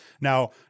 Now